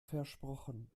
versprochen